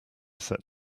set